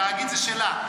התאגיד זה שלה,